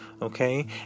Okay